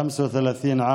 בן 35,